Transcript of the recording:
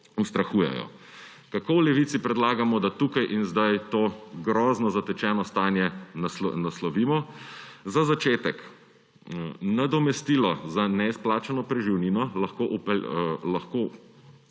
ustrahujejo. Kako v Levici predlagamo, da tukaj in zdaj to grozno zatečeno stanje naslovimo? Za začetek. Nadomestilo za neizplačano preživnino lahko koristi